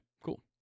cool